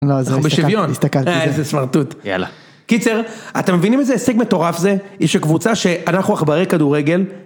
לא זה בשוויון, איזה סמרטוט. יאללה. קיצר, אתם מבינים איזה הישג מטורף זה? יש קבוצה שאנחנו עכברי כדורגל.